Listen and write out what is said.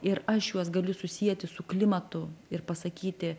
ir aš juos galiu susieti su klimatu ir pasakyti